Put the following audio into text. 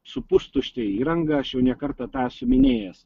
su pustušte įranga aš jau ne kartą tą esu minėjęs